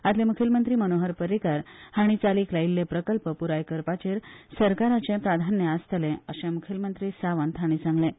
आदले मुखेलमंत्री मनोहर पर्रीकार हांणी चालीक लायिल्ले प्रकल्प प्राय करपाचेर सरकाराचे प्राधान्य आसतलें अशें मुखेलमंत्री सावंत हांणी सांगलें